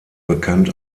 bekannt